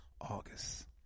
August